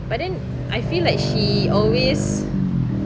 but then I feel like she always